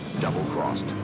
double-crossed